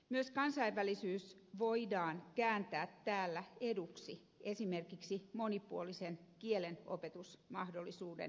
myös kansainvälisyys voidaan kääntää täällä eduksi esimerkiksi monipuolisen kielenopetusmahdollisuuden muodossa